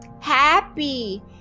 happy